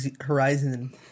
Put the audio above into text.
horizon